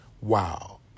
Wow